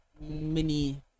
mini